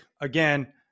again